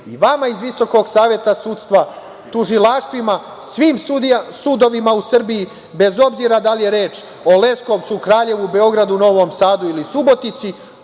i vama iz Visokog saveta sudstva, tužilaštvima, svim sudovima u Srbiji, bez obzira da li je reč o Leskovcu, Kraljevu, Beogradu, Novom Sadu ili Subotici,